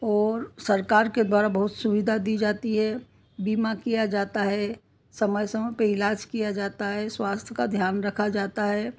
और सरकार के द्वारा बहुत सुविधा दी जाती है बीमा किया जाता है समय समय पे इलाज किया जाता है स्वास्थ्य का ध्यान रखा जाता है